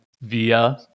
via